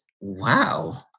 wow